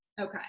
okay